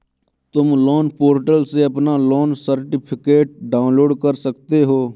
तुम loan portal से अपना लोन सर्टिफिकेट डाउनलोड कर सकते हो